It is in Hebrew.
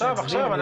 עכשיו.